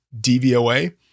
DVOA